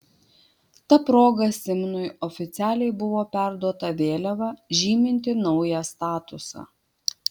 ta proga simnui oficialiai buvo perduoda vėliava žyminti naują statusą